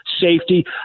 safety